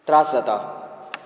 त्रास जाता